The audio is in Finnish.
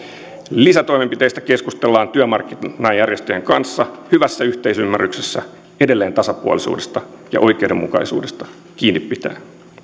lisätoimenpiteistä keskustellaan työmarkkinajärjestöjen kanssa hyvässä yhteisymmärryksessä edelleen tasapuolisuudesta ja oikeudenmukaisuudesta kiinni pitäen